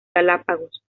galápagos